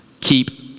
keep